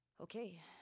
okay